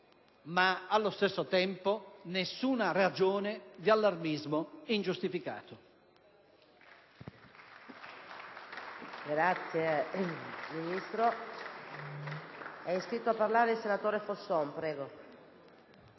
ma allo stesso tempo nessuna ragione di allarmismo ingiustificato.